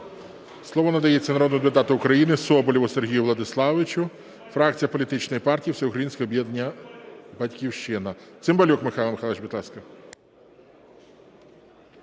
Слово надається народному депутату України Соболєву Сергію Владиславовичу, фракція політичної партії "Всеукраїнське об'єднання "Батьківщина".